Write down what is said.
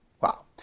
Wow